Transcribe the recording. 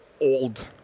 old